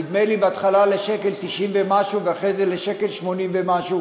נדמה לי בהתחלה ל-1.90 שקל ומשהו ואחרי זה ל-1.80 ומשהו,